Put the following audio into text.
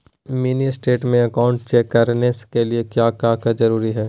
Mini statement account check करने के लिए क्या क्या जरूरी है?